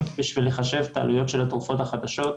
בשביל לחשב את העלויות של התרופות החדשות.